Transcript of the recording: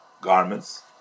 garments